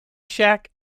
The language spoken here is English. shack